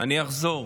אני אחזור.